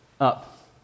up